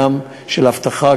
גם של אבטחה,